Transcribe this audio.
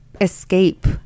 escape